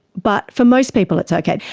but for most people it's okay.